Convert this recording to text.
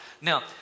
Now